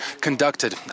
conducted